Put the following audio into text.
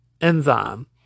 enzyme